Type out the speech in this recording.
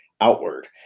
outward